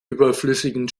überflüssigen